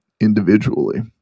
individually